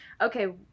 Okay